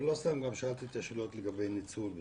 ולא סתם שאלתי את השאלות לגבי ניצול,